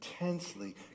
intensely